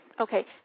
Okay